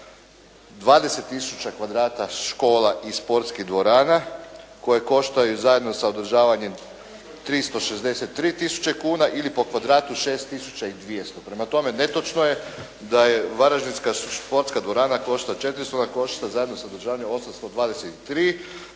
tisuća kvadrata škola i sportskih dvorana koje koštaju zajedno sa održavanjem 363 tisuće kuna ili po kvadratu 6 tisuća 200. Prema tome, netočno je da je Varaždinska športska dvorana košta 400, ona košta zajedno sa održavanjem 823.